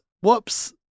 Whoops